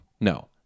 No